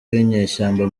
w’inyeshyamba